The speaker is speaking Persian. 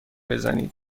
بزنید